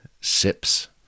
Sips